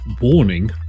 warning